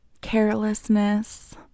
carelessness